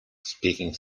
speaking